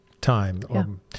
time